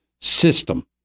system